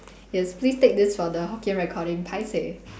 yes please take this for the hokkien recording paiseh